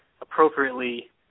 appropriately